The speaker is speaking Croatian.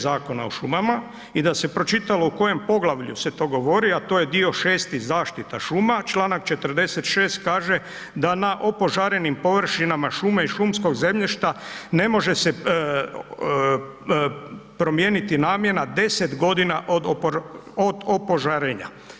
Zakona o šumama i da se pročitalo u kojem poglavlju se to govori, a to je dio 6. zaštita šuma, čl. 46. kaže da na opožarenim površinama šume i šumskog zemljišta ne može se promijeniti namjena 10 godina od opožarenja.